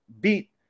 beat